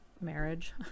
marriage